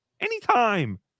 anytime